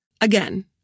Again